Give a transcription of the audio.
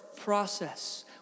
process